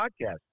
podcast